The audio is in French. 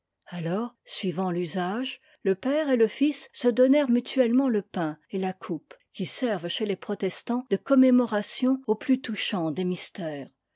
alors suivant l'usage le père et le fils se donnèrent mutuellement le pain et la coupe qui servent chez les protestants de commémoration au plus touchant des mystères